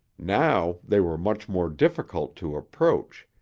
now they were much more difficult to approach,